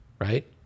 right